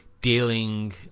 dealing